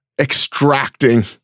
extracting